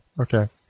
okay